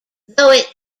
though